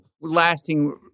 lasting